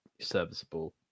Serviceable